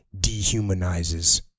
dehumanizes